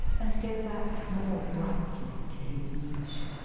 and go back more brightly to his niche.